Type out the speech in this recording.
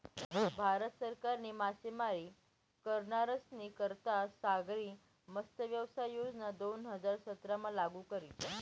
भारत सरकारनी मासेमारी करनारस्नी करता सागरी मत्स्यव्यवसाय योजना दोन हजार सतरामा लागू करी